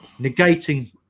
negating